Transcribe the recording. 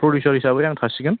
producer हिसाबै आं थासिगोन